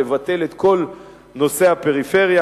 לבטל את כל נושא הפריפריה.